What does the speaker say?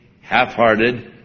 half-hearted